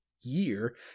year